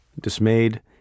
dismayed